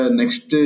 next